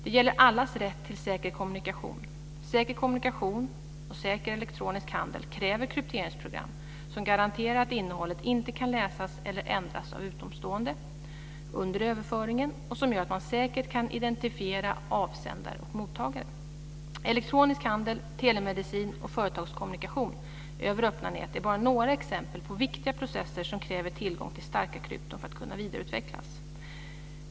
Det gäller allas rätt till säker kommunikation. Säker kommunikation och säker elektronisk handel kräver krypteringsprogram som garanterar att innehållet inte kan läsas eller ändras av utomstående under överföringen och som gör att man säkert kan identifiera avsändare och mottagare. Elektronisk handel, telemedicin och företagskommunikation över öppna nät är bara några exempel på viktiga processer som kräver tillgång till starka krypton för att kunna vidareutvecklas.